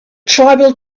tribal